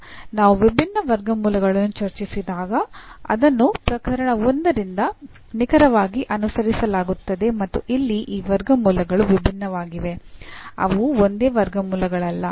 ನಾವು ವಿಭಿನ್ನ ವರ್ಗಮೂಲಗಳನ್ನು ಚರ್ಚಿಸಿದಾಗ ಅದನ್ನು ಪ್ರಕರಣ 1 ರಿಂದ ನಿಖರವಾಗಿ ಅನುಸರಿಸಲಾಗುತ್ತದೆ ಮತ್ತು ಇಲ್ಲಿ ಈ ವರ್ಗಮೂಲಗಳು ವಿಭಿನ್ನವಾಗಿವೆ ಅವು ಒಂದೇ ವರ್ಗಮೂಲಗಳಲ್ಲ